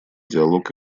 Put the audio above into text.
диалог